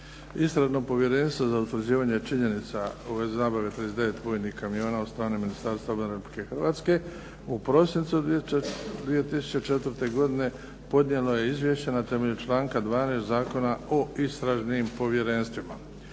Istražno povjerenstvo za utvrđivanje činjenica u vezi nabave 39 vojnih kamiona od strane Ministarstva obrane Republike Hrvatske u prosincu 2004. godine podnijelo je izvješće na temelju članka 12. Zakona o istražnim povjerenstvima.